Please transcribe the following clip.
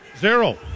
Zero